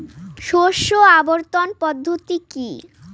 শস্য আবর্তন পদ্ধতি কি?